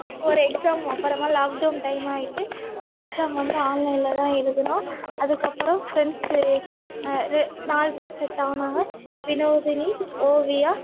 ஒரு எக்ஸாம் அப்புறமா lockdown time ஆயிட்டுது எக்ஸாம் வந்து ஆன்லைனில் தான் எழுதினோம் அதுக்கப்புறம் ஃப்ரெண்ட்ஸு நாலு பேர் செட் ஆனாங்க வினோதினி ஓவியா